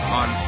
on